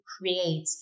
create